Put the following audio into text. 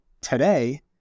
today